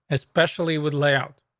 especially with layout.